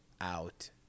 out